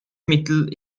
mittel